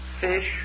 fish